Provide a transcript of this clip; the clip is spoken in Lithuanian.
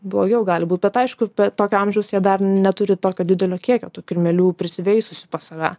blogiau gali būt bet aišku tokio amžiaus jie dar neturi tokio didelio kiekio tų kirmėlių prisiveisusių pas save